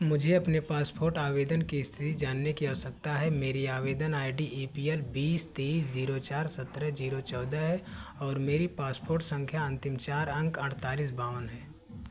मुझे अपने पासपोर्ट आवेदन की इस्थिति जानने की आवश्यकता है मेरी आवेदन I D A P L बीस तेइस ज़ीरो चार सतरह ज़ीरो चौदह है और मेरी पासपोर्ट सँख्या अन्तिम चार अंक अड़तालीस बावन हैं